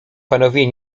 panowie